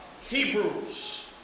Hebrews